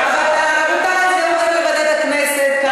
זה עובר לוועדת הכנסת,